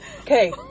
okay